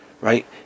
right